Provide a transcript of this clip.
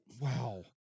Wow